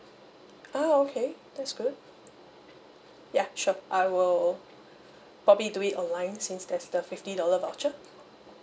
ah okay that's good ya sure I will probably do it online since there's the fifty dollar voucher